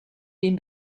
dem